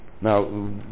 now